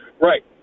Right